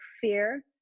fear